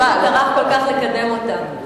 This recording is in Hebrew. שטרח כל כך לקדם אותה,